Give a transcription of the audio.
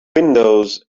windows